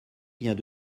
vient